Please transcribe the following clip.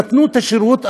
נתנו את השירות,